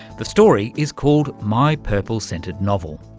the story is called my purple scented novel.